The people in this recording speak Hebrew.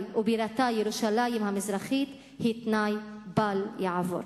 שבירתה ירושלים המזרחית היא תנאי בל יעבור.